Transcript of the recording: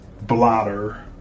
blotter